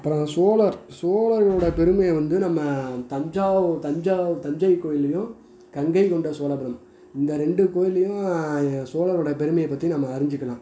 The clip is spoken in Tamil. அப்புறோம் சோழர் சோழர்களோட பெருமையை வந்து நம்ம தஞ்சாவூர் தஞ்சாவூர் தஞ்சை கோயிலையும் கங்கை கொண்ட சோழபுரம் இந்த ரெண்டு கோயிலையும் சோழரோட பெருமையைப் பற்றி நம்ம அறிஞ்சுக்கலாம்